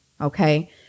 okay